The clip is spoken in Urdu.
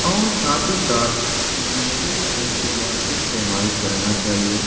اور ساتھ ہی ساتھ زندگی میں ایک دو بار کوہ پیمائی کرنا چاہیے